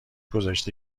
گذاشته